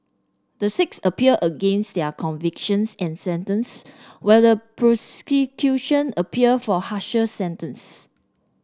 the six appealed against their convictions and sentence while the appealed for harsher sentence